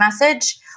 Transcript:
message